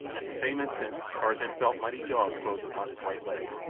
at the same instant tarzan felt mighty jaws close upon his right leg.